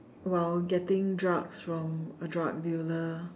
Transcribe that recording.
while getting drugs from a drug dealer